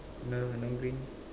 no no green